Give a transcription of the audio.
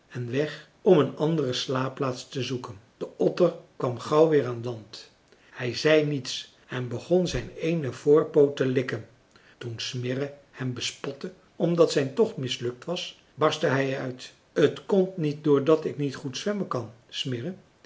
en weg om een andere slaapplaats te zoeken de otter kwam gauw weer aan land hij zei niets en begon zijn eenen voorpoot te likken toen smirre hem bespotte omdat zijn tocht mislukt was barstte hij uit t komt niet doordat ik niet goed zwemmen kan